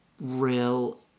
real